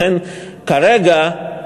לכן כרגע,